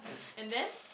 and then